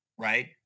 right